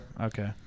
Okay